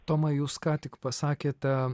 toma jūs ką tik pasakėte